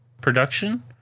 Production